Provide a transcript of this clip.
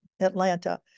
Atlanta